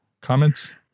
comments